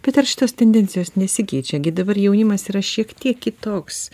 bet ar šitos tendencijos nesikeičia gi dabar jaunimas yra šiek tiek kitoks